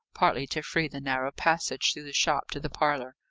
partly to free the narrow passage through the shop to the parlour.